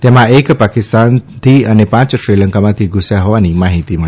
તેમાં એક પાકિસ્તાનથી અને પાંચ શ્રીલંકામાંથી ઘુસ્યા હોવાની માહીતી છે